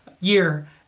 year